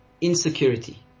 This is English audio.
insecurity